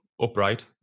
upright